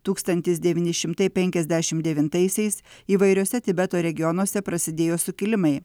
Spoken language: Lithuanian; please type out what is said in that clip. tūkstantis devyni šimtai penkiasdešim devintaisiais įvairiuose tibeto regionuose prasidėjo sukilimai